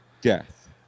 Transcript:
death